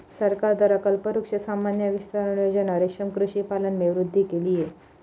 सरकार द्वारा कल्पवृक्ष सामान्य विस्तार योजना रेशम कृषि पालन में वृद्धि के लिए